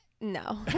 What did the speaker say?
No